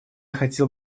хотел